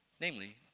Namely